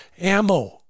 ammo